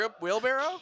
wheelbarrow